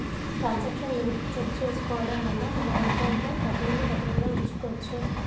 transaction limit set చేసుకోడం వల్ల మన ఎకౌంట్లో డబ్బుల్ని భద్రంగా వుంచుకోచ్చు